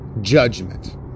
judgment